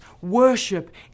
Worship